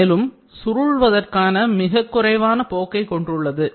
மேலும் சுருள்வதற்கான மிகக் குறைவான போக்கைக் கொண்டுள்ளது